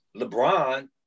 LeBron